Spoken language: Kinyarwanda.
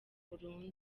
burundu